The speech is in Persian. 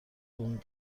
اون